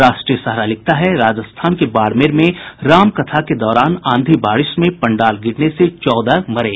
राष्ट्रीय सहारा लिखता है राजस्थान के बाड़मेर में रामकथा के दौरान आंधी बारिश में पंडाल गिरने से चौदह मरे